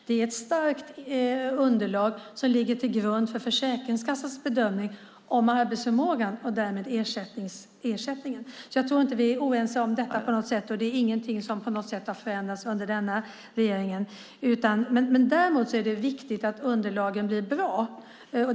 Det är ett starkt underlag som ligger till grund för Försäkringskassans bedömning om arbetsförmågan och därmed ersättningen. Jag tror inte att vi är oense om detta på något sätt, och det är inget som har förändrats under denna regering. Däremot är det viktigt att underlagen blir bra.